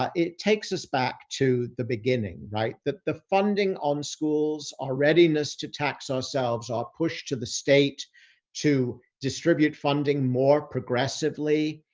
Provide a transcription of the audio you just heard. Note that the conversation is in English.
ah it takes us back to the beginning, right? that the funding on schools, our readiness to tax ourselves, our push to the state to distribute funding more progressively